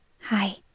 Hi